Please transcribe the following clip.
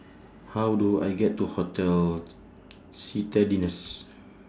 How Do I get to Hotel Citadines